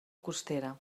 costera